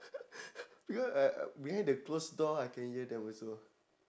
because I I behind the close door I can hear them also